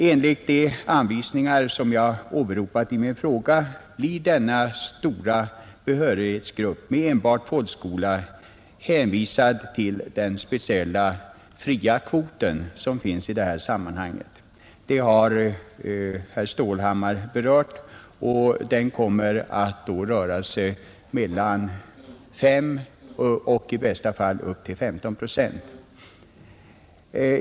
Enligt de anvisningar jag åberopat i min fråga blir den stora behörighetsgruppen med enbart folkskola hänvisad till den speciella fria kvoten och den kommer att omfatta, vilket herr Stålhammar berörde, från 5 till i bästa fall 15 procent.